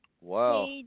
Wow